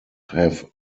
have